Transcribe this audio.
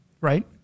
Right